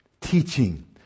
teaching